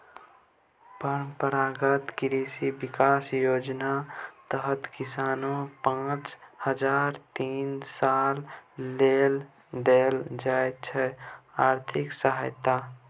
परंपरागत कृषि बिकास योजनाक तहत किसानकेँ पचास हजार तीन सालक लेल देल जाइ छै आर्थिक सहायता